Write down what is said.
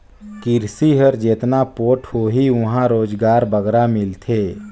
किरसी हर जेतना पोठ होही उहां रोजगार बगरा मिलथे